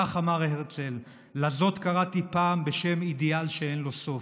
כך אמר הרצל: "לזאת קראתי פעם בשם אידיאל שאין לו סוף.